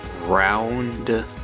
round